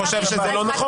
תשאירו את זה כהוראת שעה.